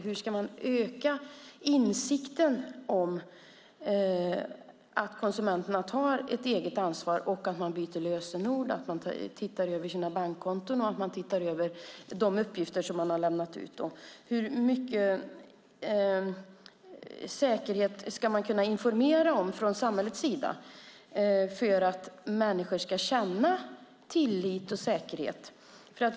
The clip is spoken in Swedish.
Hur ska man öka insikten så att konsumenterna tar ett eget ansvar och byter lösenord och ser över sina bankkonton och de uppgifter de har lämnat ut? Hur mycket säkerhet ska man informera om från samhällets sida för att människor ska känna tillit och säkerhet?